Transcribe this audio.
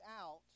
out